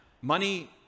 money